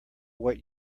what